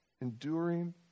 enduring